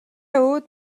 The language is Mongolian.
өөд